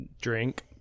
Drink